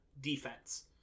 defense